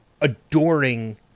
adoring